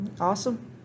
awesome